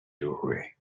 doorway